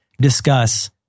discuss